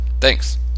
Thanks